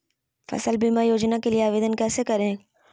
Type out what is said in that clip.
फसल बीमा योजना के लिए आवेदन कैसे करें?